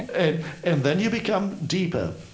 and and then you become deeper.